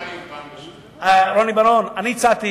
אני הצעתי,